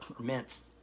mints